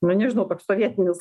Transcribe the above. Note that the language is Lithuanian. nu nežianu toks sovietinis